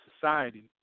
society